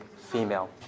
female